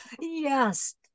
yes